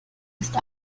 ist